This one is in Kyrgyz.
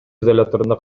изоляторунда